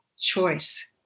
choice